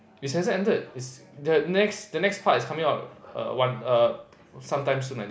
it hasn't ended is the next the next part is coming out err one err some time soon I think